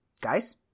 guys